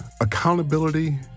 accountability